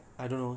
mm